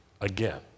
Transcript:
again